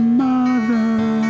mother